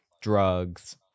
drugs